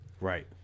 Right